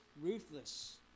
ruthless